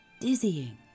dizzying